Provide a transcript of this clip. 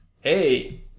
Hey